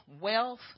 wealth